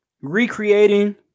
recreating